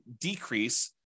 decrease